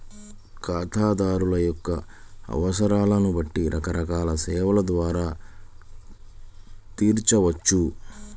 ఖాతాదారుల యొక్క అవసరాలను బట్టి రకరకాల సేవల ద్వారా తీర్చవచ్చు